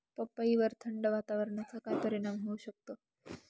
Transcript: पपईवर थंड वातावरणाचा काय परिणाम होऊ शकतो?